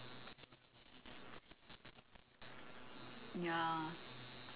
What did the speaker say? ya